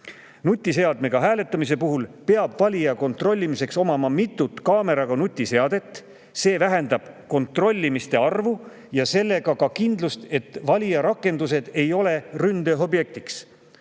Nutiseadmega hääletamise puhul peab valija kontrollimiseks omama mitut kaameraga nutiseadet. See vähendab kontrollimiste arvu ja sellega ka kindlust, et valijarakendus(ed) ei ole ründeobjektiks.